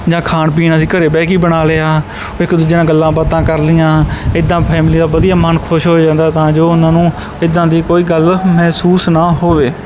ਜਾਂ ਖਾਣ ਪੀਣ ਅਸੀਂ ਘਰ ਬਹਿ ਕੇ ਬਣਾ ਲਿਆ ਫਿਰ ਇੱਕ ਦੂਜੇ ਨਾਲ ਗੱਲਾਂ ਬਾਤਾਂ ਕਰ ਲਈਆਂ ਇੱਦਾਂ ਫੈਮਿਲੀ ਦਾ ਵਧੀਆ ਮਨ ਖੁਸ਼ ਹੋ ਜਾਂਦਾ ਤਾਂ ਜੋ ਉਹਨਾਂ ਨੂੰ ਇੱਦਾਂ ਦੀ ਕੋਈ ਗੱਲ ਮਹਿਸੂਸ ਨਾ ਹੋਵੇ